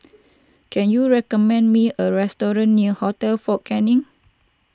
can you recommend me a restaurant near Hotel fort Canning